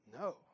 No